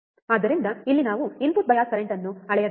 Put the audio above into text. ಆದ್ದರಿಂದ ಇಲ್ಲಿ ನಾವು ಇನ್ಪುಟ್ ಬಯಾಸ್ ಕರೆಂಟ್ ಅನ್ನು ಅಳೆಯಬೇಕು